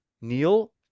Neil